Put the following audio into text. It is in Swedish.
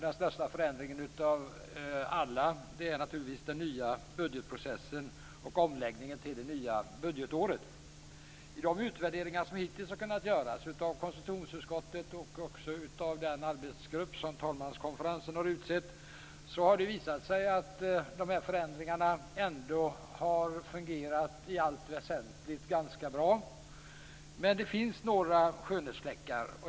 Den största förändringen av alla är naturligtvis den nya budgetprocessen och omläggningen till det nya budgetåret. I de utvärderingar som hittills har kunnat göras av konstitutionsutskottet och också av den arbetsgrupp som talmanskonferensen har utsett har det visat sig att förändringarna ändå i allt väsentligt har fungerat ganska bra. Men det finns några skönhetsfläckar.